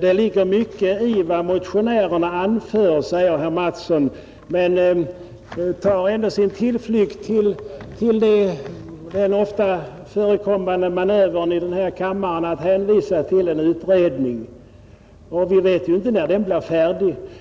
”Det ligger åtskilligt i vad motionärerna anför”, säger herr Mattsson, men tar ändå sin tillflykt till den här i kammaren ofta förekommande manövern att hänvisa till en utredning. Vi vet ju inte när en sådan utredning blir färdig.